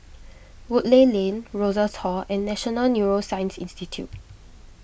Woodleigh Lane Rosas Hall and National Neuroscience Institute